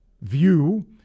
view